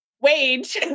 wage